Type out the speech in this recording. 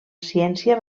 ciència